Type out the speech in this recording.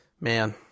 Man